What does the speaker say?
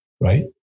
right